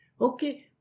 Okay